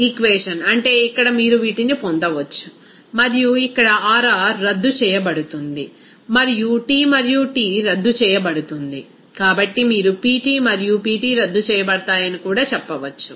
equation అంటే ఇక్కడ మీరు వీటిని పొందవచ్చు మరియు ఇక్కడ R R రద్దు చేయబడుతుంది మరియు T మరియు T రద్దు చేయబడుతుంది కాబట్టి మీరు Pt మరియు Pt రద్దు చేయబడతాయని కూడా చెప్పవచ్చు